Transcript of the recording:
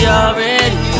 already